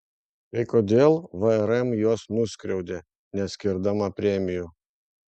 tai kodėl vrm juos nuskriaudė neskirdama premijų